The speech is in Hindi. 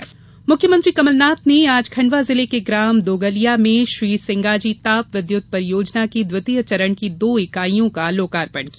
सिंगाजी ताप विद्युत परियोजना मुख्यमंत्री कमलनाथ ने आज खण्डवा जिले के ग्राम दोगलिया में श्री सिंगाजी ताप विद्यत परियोजना की द्वितीय चरण की दो इकाइयों का लोकार्पण किया